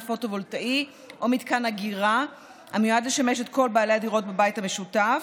פוטו-וולטאי או מתקן אגירה המיועד לשמש את כל בעלי הדירות בבית המשותף,